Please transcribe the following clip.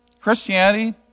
Christianity